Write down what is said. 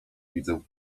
widzę